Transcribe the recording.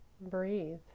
breathe